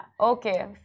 Okay